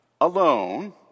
alone